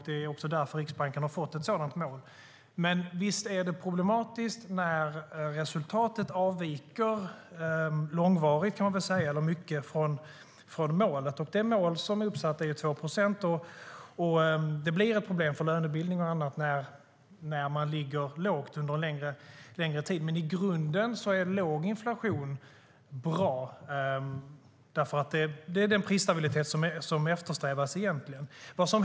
Det är också därför Riksbanken har fått ett sådant mål. Men visst är det problematiskt när resultatet avviker långvarigt eller mycket från målet. Målet som är uppsatt är 2 procent, och det blir ett problem för lönebildning och annat när man ligger lågt under en längre tid. I grunden är dock låg inflation bra, för det är den prisstabilitet som eftersträvas.